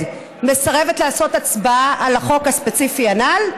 מסרבת לעשות הצבעה על החוק הספציפי הנ"ל?